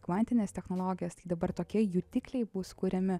kvantinės technologijos tai dabar tokie jutikliai bus kuriami